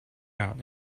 out